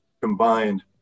combined